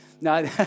No